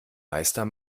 meister